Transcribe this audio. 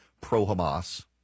pro-Hamas